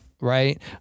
Right